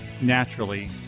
naturally